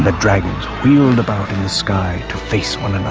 the dragons wheeled about in the sky to face one another,